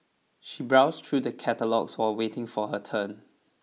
she browsed through the catalogues while waiting for her turn